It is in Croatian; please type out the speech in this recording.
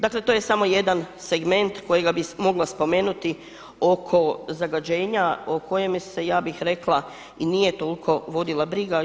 Dakle, to je samo jedan segment kojega bi mogla spomenuti oko zagađenja o kojem se ja bih rekla i nije toliko vodila briga.